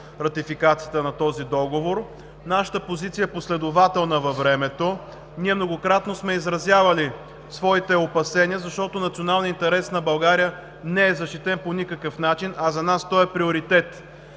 ратификацията на този договор. Нашата позиция е последователна във времето. Ние многократно сме изразявали своите опасения, защото националният интерес на България не е защитен по никакъв начин, а за нас той е приоритет.